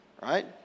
right